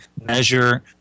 measure